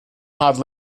hard